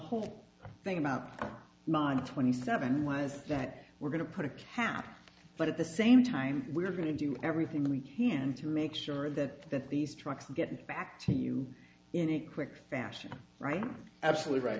whole thing about nine twenty seven was that we're going to put a cap but at the same time we're going to do everything we can to make sure that that these trucks get back to you in a quick fashion right absolutely right